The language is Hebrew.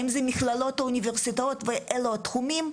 האם זה מכללות או אוניברסיטאות ואילו תחומים,